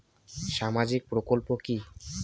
সামাজিক প্রকল্প কি?